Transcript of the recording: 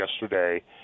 yesterday